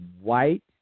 white